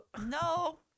No